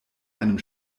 einem